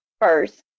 first